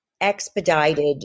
expedited